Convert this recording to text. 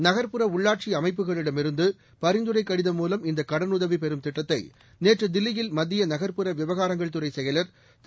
நகர்ப்புற உள்ளாட்சி அமைப்புகளிடமிருந்து பரிந்துரைக் கடிதம் மூலம் இந்த கடனுதவி பெறும் திட்டத்தை நேற்று தில்லியில் மத்திய நகர்ப்புற விவகாரங்கள் துறை செயலர் திரு